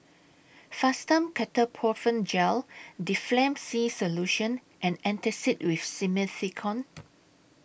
Fastum Ketoprofen Gel Difflam C Solution and Antacid with Simethicone